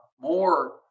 more